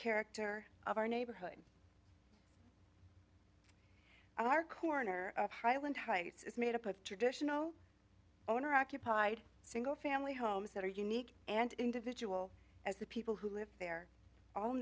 character of our neighborhood our corner of highland heights is made up of traditional owner occupied single family homes that are unique and individual as the people who live there all